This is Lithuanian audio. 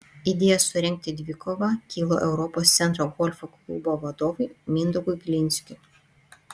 idėja surengti dvikovą kilo europos centro golfo klubo vadovui mindaugui glinskiui